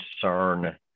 concern